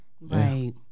Right